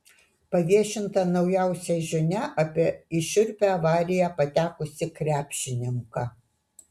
paviešinta naujausia žinia apie į šiurpią avariją patekusį krepšininką